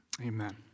Amen